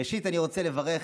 ראשית, אני רוצה לברך